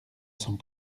cent